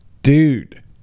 Dude